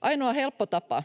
Ainoa helppo tapa